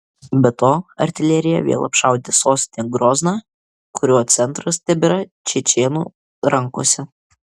be to artilerija vėl apšaudė sostinę grozną kurio centras tebėra čečėnų rankose